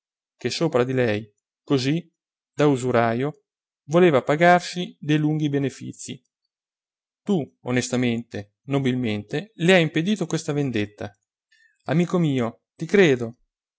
che sopra di lei così da usurajo voleva pagarsi dei lunghi benefizi tu onestamente nobilmente le hai impedito questa vendetta amico mio ti credo